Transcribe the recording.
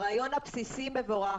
הרעיון הבסיסי הוא מבורך.